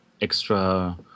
extra